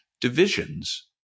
divisions